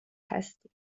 هستی